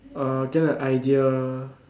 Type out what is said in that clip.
uh get a idea